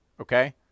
Okay